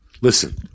Listen